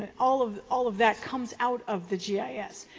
and all of all of that comes out of the ah yeah gis.